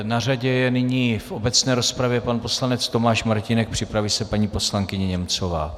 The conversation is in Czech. Na řadě je nyní v obecné rozpravě pan poslanec Tomáš Martínek, připraví se paní poslankyně Němcová.